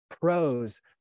pros